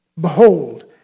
Behold